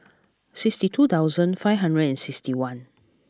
sixty two thousand five hundred and sixty one